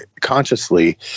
consciously